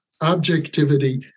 objectivity